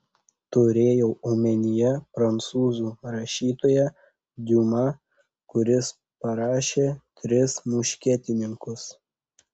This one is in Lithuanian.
turėjau omenyje prancūzų rašytoją diuma kuris parašė tris muškietininkus